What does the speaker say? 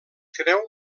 creu